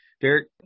Derek –